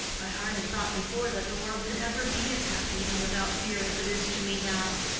i hardly thought before that the world could ever be as happy and without fear as it is to me now.